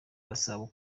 gasabo